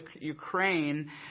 Ukraine –